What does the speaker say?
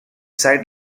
side